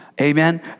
Amen